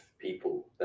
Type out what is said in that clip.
people